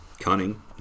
cunning